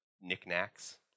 knickknacks